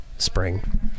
spring